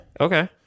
Okay